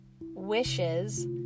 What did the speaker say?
Wishes